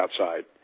outside